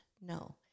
no